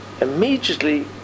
immediately